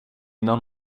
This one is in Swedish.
innan